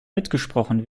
mitgesprochen